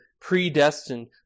predestined